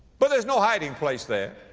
but there's no hiding place there.